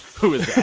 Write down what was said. who is